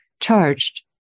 charged